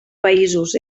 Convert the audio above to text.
països